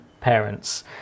parents